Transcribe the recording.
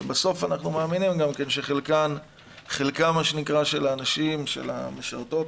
ובסוף אנחנו מאמינים שגם חלקם של האנשים של המשרתות,